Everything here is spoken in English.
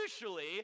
usually